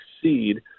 succeed